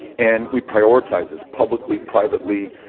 and we prioritize this publicly, privately,